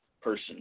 person